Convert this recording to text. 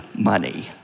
money